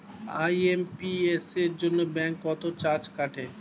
IMPS এর জন্য bank কত চার্জ কাটে?